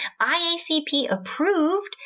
IACP-approved